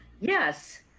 yes